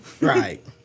Right